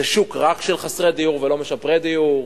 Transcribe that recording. זה שוק רק של חסרי דיור, ולא משפרי דיור.